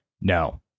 No